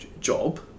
job